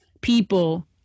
people